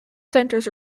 centres